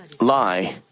lie